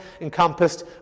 encompassed